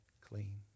clean